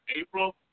April